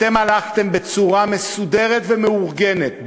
אתם הלכתם בצורה מסודרת ומאורגנת,